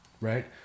right